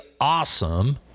awesome